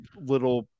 little